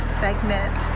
segment